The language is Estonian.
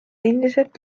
endiselt